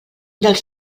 dels